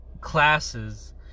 classes